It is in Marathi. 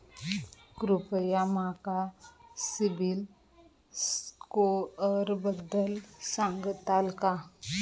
कृपया माका सिबिल स्कोअरबद्दल सांगताल का?